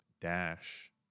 Dash